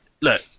Look